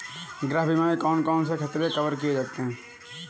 गृह बीमा में कौन कौन से खतरे कवर किए जाते हैं?